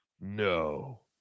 No